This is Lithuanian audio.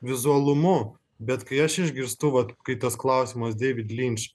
vizualumu bet kai aš išgirstu vat kai tas klausimas deivid linč